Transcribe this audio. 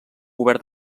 obert